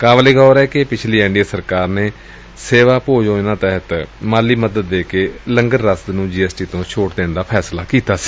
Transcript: ਕਾਬਿਲੇ ਗੌਰ ਐ ਕਿ ਪਿਛਲੀ ਐਨਡੀਏ ਸਰਕਾਰ ਨੇ ਸੇਵਾ ਭੋਜ ਯੋਜਨਾ ਤਹਿਤ ਵਿੱਤੀ ਮੱਦਦ ਦੇ ਕੇ ਲੰਗਰ ਰਸਦ ਨੁੰ ਜੀਐਸਟੀ ਤੋਂ ਛੋਟ ਦੇਣ ਦਾ ਫੈਸਲਾ ਕੀਤਾ ਸੀ